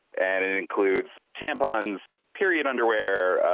and it includes tampons period underwear, ah,